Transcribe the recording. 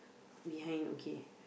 behind okay